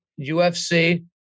UFC